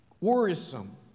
worrisome